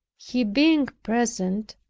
he being present,